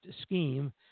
scheme